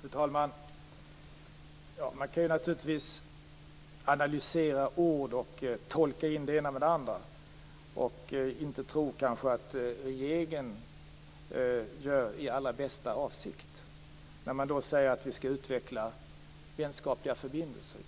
Fru talman! Man kan naturligtvis analysera ord och tolka in det ena och det andra och tro att regeringen inte handlar i allra bästa avsikt när vi säger att vi skall utveckla vänskapliga förbindelser.